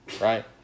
Right